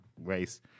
race